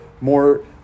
more